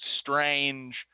strange